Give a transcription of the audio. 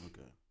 Okay